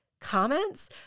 comments